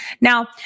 Now